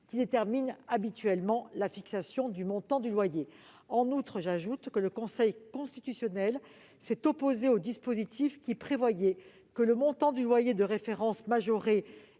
qui déterminent habituellement le montant du loyer. J'ajoute que le Conseil constitutionnel s'est opposé au dispositif qui prévoyait que le montant du loyer de référence majoré